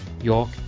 york